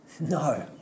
No